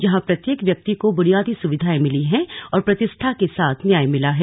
जहां प्रत्येक व्यक्ति को बुनियादी सुविधाएं मिली हैं और प्रतिष्ठा के साथ न्याय मिला है